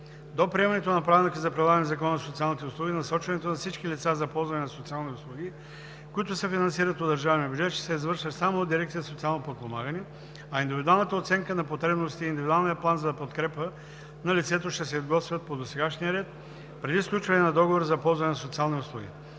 До приемането на Правилника за прилагане на Закона за социалните услуги насочването на всички лица за ползване на социални услуги, които се финансират от държавния бюджет, ще се извършва само от дирекции „Социално подпомагане“, а индивидуалната оценка на потребностите и индивидуалният план за подкрепа на лицето ще се изготвят по досегашния ред преди сключване на договора за ползване на социални услуги.